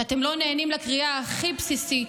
שאתם לא נענים לקריאה הכי בסיסית.